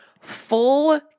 full